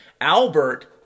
Albert